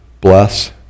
bless